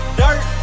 dirt